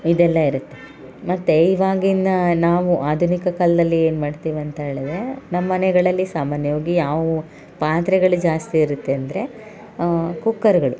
ಇದೆಲ್ಲ ಇರುತ್ತೆ ಮತ್ತು ಇವಾಗಿನ ನಾವು ಆಧುನಿಕ ಕಾಲದಲ್ಲಿ ಏನು ಮಾಡ್ತೀವಿ ಅಂತ್ಹೇಳಿದರೆ ನಮ್ಮ ಮನೆಗಳಲ್ಲಿ ಸಾಮನ್ಯವಾಗಿ ಯಾವು ಪಾತ್ರೆಗಳೇ ಜಾಸ್ತಿ ಇರುತ್ತೆ ಅಂದರೆ ಕುಕ್ಕರ್ಗಳು